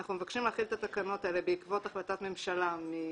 אנחנו מבקשים להחיל את התקנות האלה בעקבות החלטת ממשלה מאוגוסט,